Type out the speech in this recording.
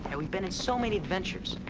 and we've been on so many adventures.